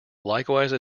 likewise